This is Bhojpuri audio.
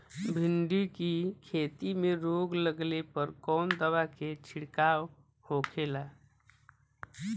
भिंडी की खेती में रोग लगने पर कौन दवा के छिड़काव खेला?